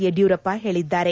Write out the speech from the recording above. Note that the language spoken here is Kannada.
ಯಡಿಯೂರಪ್ಪ ಹೇಳಿದ್ದಾರೆ